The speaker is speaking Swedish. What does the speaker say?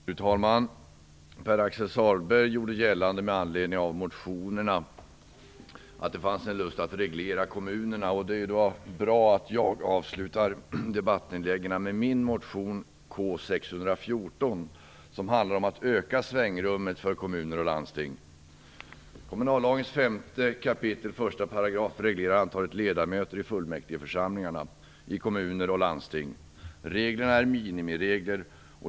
Fru talman! Med anledning av motionerna gjorde Pär-Axel Sahlberg gällande att det fanns en lust att reglera kommunerna. Det är då bra att jag avslutar debattinläggen genom att tala om min motion K614, som handlar om att öka svängrummet för kommuner och landsting. I kommunallagens 5 kap. 1 § regleras antalet ledamöter i fullmäktigeförsamlingarna i kommuner och landsting. Reglerna är minimirelger.